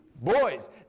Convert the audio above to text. boys